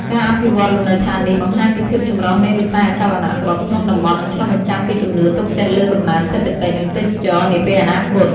ការអភិវឌ្ឍលំនៅឋាននេះបង្ហាញពីភាពចម្រុះនៃវិស័យអចលនទ្រព្យក្នុងតំបន់ និងឆ្លុះបញ្ចាំងពីជំនឿទុកចិត្តលើកំណើនសេដ្ឋកិច្ច និងទេសចរណ៍នាពេលអនាគត។